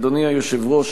אדוני היושב-ראש,